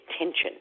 attention